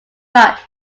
much